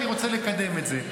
אני רוצה לקדם את זה.